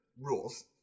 rules